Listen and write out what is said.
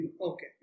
okay